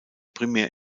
primär